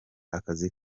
akazi